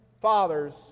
fathers